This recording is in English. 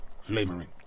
flavoring